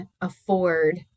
afford